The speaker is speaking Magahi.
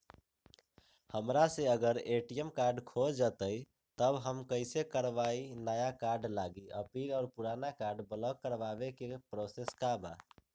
हमरा से अगर ए.टी.एम कार्ड खो जतई तब हम कईसे करवाई नया कार्ड लागी अपील और पुराना कार्ड ब्लॉक करावे के प्रोसेस का बा?